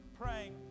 praying